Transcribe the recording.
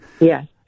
Yes